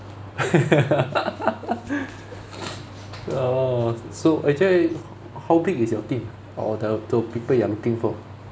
orh so actually h~ how big is your team or the the people you are looking for